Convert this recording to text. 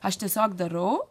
aš tiesiog darau